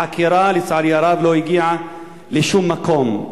החקירה, לצערי הרב, לא הגיעה לשום מקום.